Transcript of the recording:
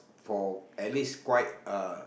for at least quite uh